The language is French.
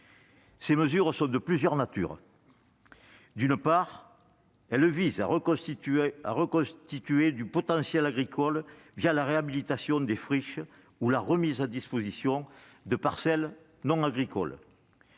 Ces mesures sont de plusieurs natures : d'une part, elles visent à reconstituer du potentiel agricole la réhabilitation des friches ou la remise à disposition de parcelles non agricoles